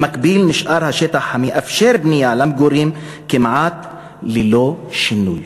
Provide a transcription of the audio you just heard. במקביל נשאר השטח המאפשר בנייה למגורים כמעט ללא שינוי.